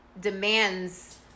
demands